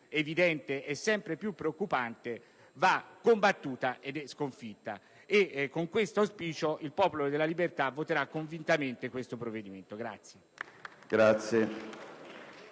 evidente e preoccupante, va combattuta e sconfitta. Con questo auspicio il Popolo della Libertà voterà convintamente a favore di questo provvedimento.